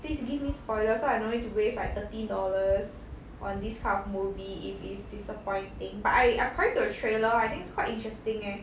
please give me spoiler so I don't need to waste like thirteen dollars on this kind of movie if it's disappointing but I according to the trailer I think it's quite interesting eh